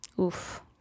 Oof